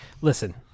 Listen